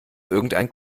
irgendein